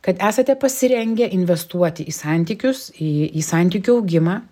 kad esate pasirengę investuoti į santykius į į santykių augimą